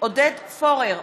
עודד פורר,